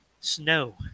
Snow